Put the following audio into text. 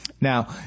Now